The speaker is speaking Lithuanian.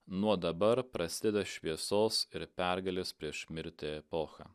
nuo dabar prasideda šviesos ir pergalės prieš mirtį epocha